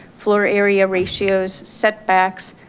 floor area ratios, setbacks,